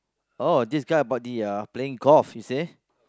oh this guy buggy ah playing golf he say